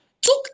took